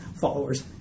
followers